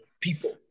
people